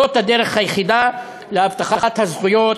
זאת הדרך היחידה להבטחת הזכויות